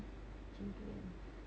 macam tu kan